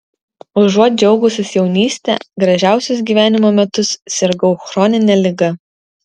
užuot džiaugusis jaunyste gražiausius gyvenimo metus sirgau chronine liga